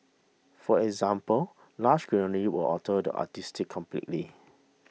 for example lush greenery will alter the artistic completely